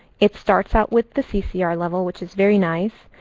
it starts out with the ccr level, which is very nice.